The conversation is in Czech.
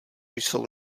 jsou